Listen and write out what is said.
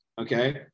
okay